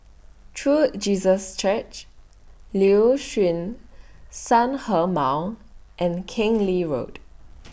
True Jesus Church Liuxun Sanhemiao and Keng Lee Road